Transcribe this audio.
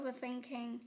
overthinking